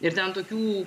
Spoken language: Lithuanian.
ir ten tokių